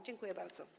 Dziękuję bardzo.